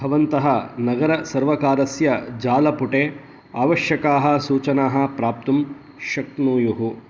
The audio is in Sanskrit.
भवन्तः नगरसर्वकारस्य जालपुटे आवश्यकाः सूचनाः प्राप्तुं शक्नूयुः